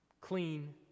clean